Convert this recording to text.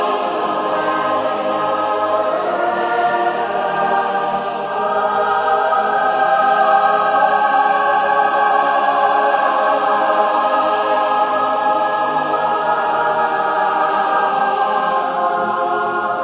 are